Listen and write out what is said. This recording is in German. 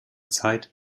zeit